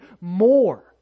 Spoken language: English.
more